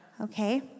okay